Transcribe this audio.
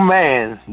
man